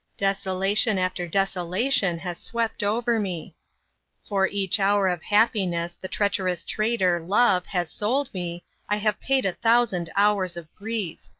desolation after desolation has swept over me for each hour of happiness the treacherous trader, love, has sold me i have paid a thousand hours of grief.